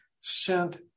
sent